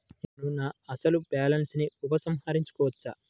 నేను నా అసలు బాలన్స్ ని ఉపసంహరించుకోవచ్చా?